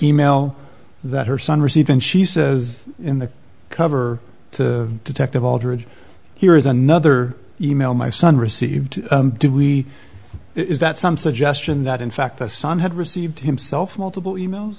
e mail that her son received and she says in the cover to detective aldridge here is another e mail my son received do we is that some suggestion that in fact the son had received himself multiple e mails